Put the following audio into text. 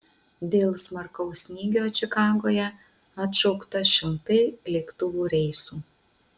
dėl smarkaus snygio čikagoje atšaukta šimtai lėktuvų reisų